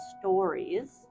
stories